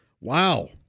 Wow